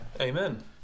Amen